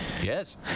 yes